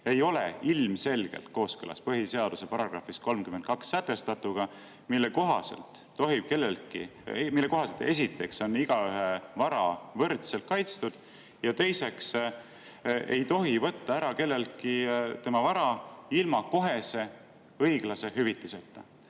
ei ole ilmselgelt kooskõlas põhiseaduse §‑s 32 sätestatuga, mille kohaselt, esiteks, on igaühe vara võrdselt kaitstud, ja teiseks, ei tohi võtta ära kelleltki tema vara ilma kohese õiglase hüvitiseta.